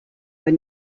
were